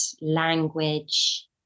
language